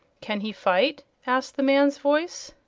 can he fight? asked the man's voice.